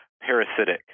parasitic